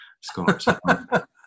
Scott